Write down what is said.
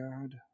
God